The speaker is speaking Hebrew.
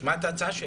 תשמע את ההצעה שלי.